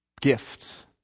Gift